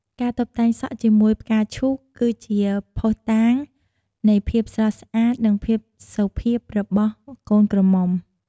ការតុបតែងសក់ជាមួយផ្កាឈូកគឺជាភស្តុតាងនៃភាពស្រស់ស្អាតនិងភាពសុភាពរបស់កូនក្រមុំ។